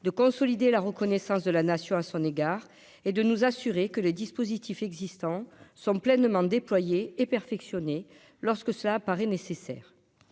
de consolider la reconnaissance de la nation à son égard et de nous assurer que les dispositifs existants sont pleinement déployer et perfectionner lorsque ça paraît nécessaire